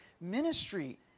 ministry